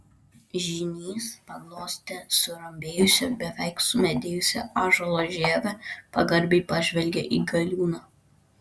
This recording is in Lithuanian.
žynys paglostė surambėjusią beveik sumedėjusią ąžuolo žievę pagarbiai pažvelgė į galiūną